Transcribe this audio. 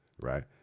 right